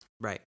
Right